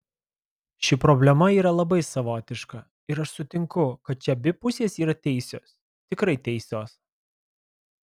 ši problema yra labai savotiška ir aš sutinku kad čia abi pusės yra teisios tikrai teisios